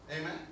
amen